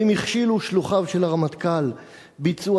האם הכשילו שלוחיו של הרמטכ"ל ביצוע